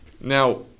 Now